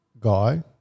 guy